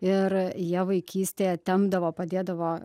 ir jie vaikystėje tempdavo padėdavo